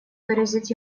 выразить